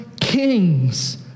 Kings